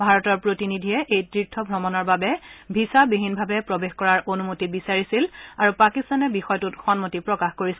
ভাৰতৰ প্ৰতিনিধিয়ে এই তীৰ্থ ভ্ৰমণৰ বাবে ভিছাবিহীনভাৱে প্ৰৱেশ কৰাৰ অনুমতি বিচাৰিছিল আৰু পাকিস্তানে বিষয়টোত সন্মতি প্ৰকাশ কৰিছে